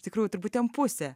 iš tikrųjų turbūt ten pusė